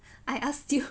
I asked you